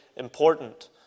important